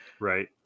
Right